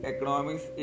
Economics